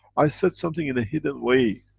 i said something in a hidden way,